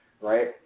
right